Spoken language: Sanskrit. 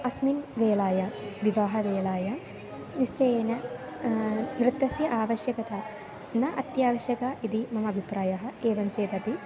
अस्मिन् वेलायां विवाहवेलायां निश्चयेन नृत्तस्य आवश्यकता न अत्या वश्यक इति मम अबिप्रायः एवं चेदपि